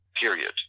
period